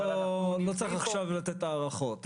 לא צריך עכשיו לתת הערכות.